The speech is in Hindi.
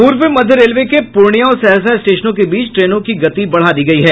पूर्व मध्य रेलवे के पूर्णिया और सहरसा स्टेशनों के बीच ट्रेनों की गति बढ़ा दी गयी है